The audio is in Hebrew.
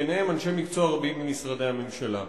ביניהם אנשי מקצוע רבים ממשרדי הממשלה.